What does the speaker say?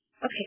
Okay